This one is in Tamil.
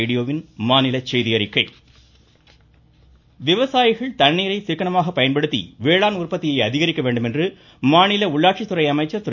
வேலுமணி விவசாயிகள் தண்ணீரை சிக்கனமாக பயன்படுத்தி வேளாண் உற்பத்தியை அதிகரிக்க வேண்டும் என மாநில உள்ளாட்சித்துறை அமைச்சர் திரு